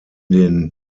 den